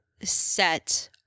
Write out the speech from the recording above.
set